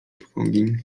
trwogi